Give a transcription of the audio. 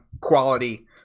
quality